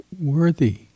worthy